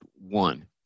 one